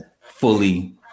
fully